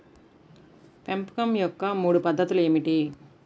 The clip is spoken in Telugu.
పెంపకం యొక్క మూడు పద్ధతులు ఏమిటీ?